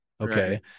Okay